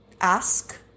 ask